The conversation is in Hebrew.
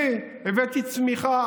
אני הבאתי צמיחה.